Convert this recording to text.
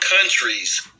countries